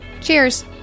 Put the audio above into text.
Cheers